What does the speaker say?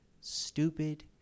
stupid